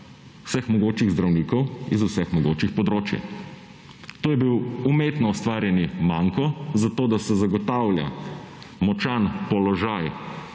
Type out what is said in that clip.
vseh mogočih zdravnikov iz vseh mogočih področij. To je bil umetno ustvarjeni manko, zato da se zagotavlja močan položaj